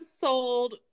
sold